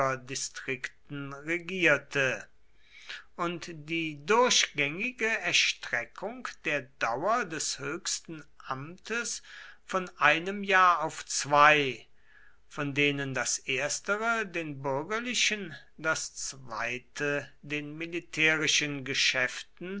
nichtbürgerdistrikten regierte und die durchgängige erstreckung der dauer des höchsten amtes von einem jahr auf zwei von denen das erstere den bürgerlichen das zweite den militärischen geschäften